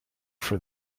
for